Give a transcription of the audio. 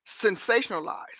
sensationalized